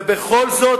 ובכל זאת,